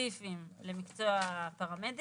רופא שזה מקצוע חשוב ומוערך ועם כל הכבוד למקצועות